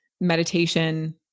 meditation